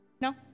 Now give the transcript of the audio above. no